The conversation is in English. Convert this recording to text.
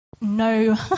no